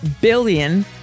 billion